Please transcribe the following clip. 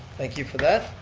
thank you for that,